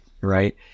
Right